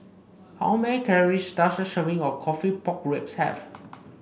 how many calories does a serving of coffee Pork Ribs have